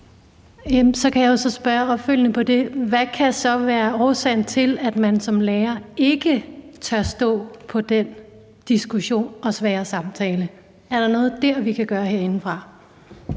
Så kan jeg jo spørge opfølgende på det: Hvad kan så være årsagen til, at man som lærer ikke tør stå på den diskussion og svære samtale? Er der noget dér, vi kan gøre herindefra?